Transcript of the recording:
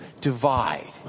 divide